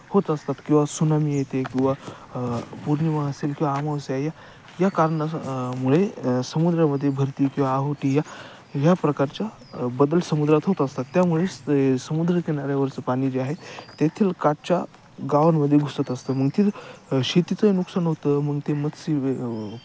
होत असतात किंवा सुनामी येते किंवा पौर्णिमा असेल किंवा अमावस्या या या कारणास मुळे समुद्रामध्ये भरती किंवा ओहोटी या ह्या प्रकारच्या बदल समुद्रात होत असतात त्यामुळेच ते समुद्रकिनाऱ्यावरचं पाणी जे आहे तेथील काठच्या गावांमध्ये घुसत असतं मग ते शेतीचं नुकसान होतं मग ते मत्स्य